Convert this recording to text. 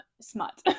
smut